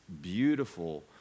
beautiful